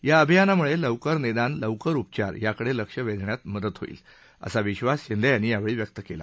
या अभियानामुळे लवकर निदान लवकर उपचार याकडे लक्ष वेधण्यात मदत होईल असा विश्वास शिंदे यांनी व्यक्त केला